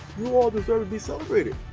you all deserve to be celebrated.